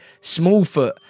Smallfoot